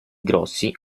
grossi